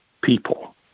people